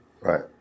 Right